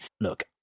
Look